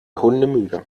hundemüde